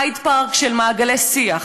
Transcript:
הייד-פארק של מעגלי שיח,